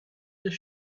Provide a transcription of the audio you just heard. this